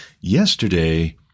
Yesterday